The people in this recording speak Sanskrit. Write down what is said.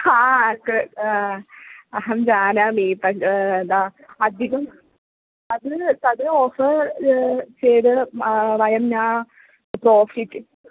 हा अहं जानामि अधिकं तद् तद् आफ़र् चेद् वयं न प्राफ़िट्